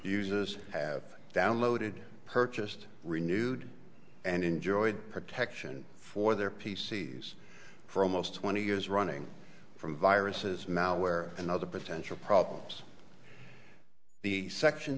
uses have downloaded purchased renewed and enjoyed protection for their p c s for almost twenty years running from viruses malware and other potential problems the section